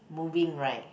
moving right